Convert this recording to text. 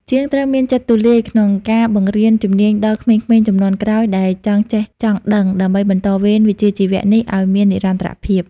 ជាងត្រូវមានចិត្តទូលាយក្នុងការបង្រៀនជំនាញដល់ក្មេងៗជំនាន់ក្រោយដែលចង់ចេះចង់ដឹង ដើម្បីបន្តវេនវិជ្ជាជីវៈនេះឱ្យមាននិរន្តរភាព។